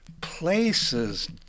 Places